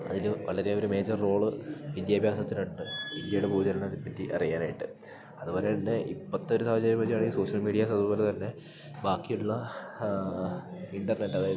അതില് വളരെ ഒരു മേജർ റോള് വിദ്യാഭ്യാസത്തിനുണ്ട് ഇന്ത്യയുടെ ഭൂചലനത്തെപ്പറ്റി അറിയാനായിട്ട് അത്പോലെതന്നെ ഇപ്പത്തെ ഒരു സാഹചര്യം വെച്ചാണെങ്കിൽ സോഷ്യൽ മീഡിയാസ് അത്പോലെതന്നെ ബാക്കിയുള്ള ഇൻ്റർനെറ്റ് അതായത്